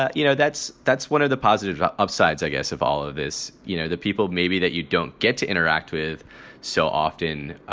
ah you know, that's that's one of the positive upsides, i guess, of all of this. this. you know, the people maybe that you don't get to interact with so often,